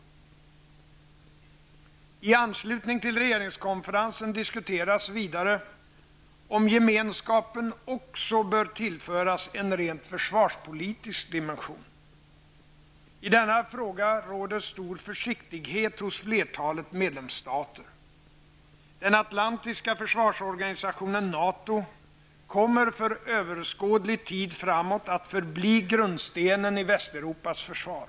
I anslutning till regeringskonferensen diskuteras vidare om Gemenskapen också bör tillföras en rent försvarspolitisk dimension. I denna fråga råder stor försiktighet hos flertalet medlemsstater. Den atlantiska försvarsorganisationen NATO kommer för överskådlig tid framåt att förbli grundstenen i Västeuropas försvar.